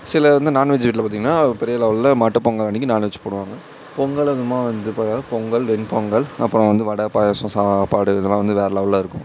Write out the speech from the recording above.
சிலர் வந்து நான்வெஜ் வீட்டில் பார்த்தீங்கன்னா ஒரு பெரிய லெவலில் மாட்டுப் பொங்கல் அன்றைக்கி நான்வெஜ் போடுவாங்க பொங்கல் அதுவுமாக வந்து பார்த்தா பொங்கல் வெண்பொங்கல் அப்புறம் வந்து வடை பாயசம் சாப்பாடு இதெல்லாம் வந்து வேறு லெவலில் இருக்கும்